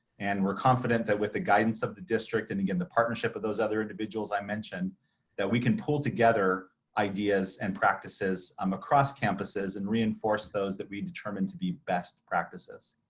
and we're confident that with the guidance of the district, and again, the partnership with those other individuals, i mentioned that we can pull together ideas and practices um across campuses and reinforce those that we determined to be best practices.